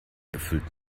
gefüllt